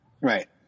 Right